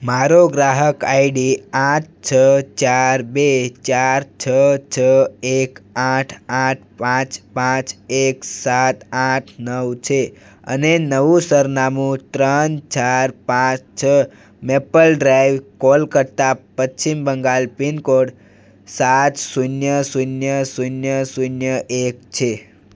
મારો ગ્રાહક આઈડી આઠ છ ચાર બે ચાર છ છ એક આઠ આઠ પાંચ પાંચ એક સાત આઠ નવ છે અને નવું સરનામું ત્રણ ચાર પાંચ છ મેપલ ડ્રાઈવ કોલકત્તા પશ્ચિમ બંગાલ પિનકોડ સાત શૂન્ય શૂન્ય શૂન્ય શૂન્ય એક છે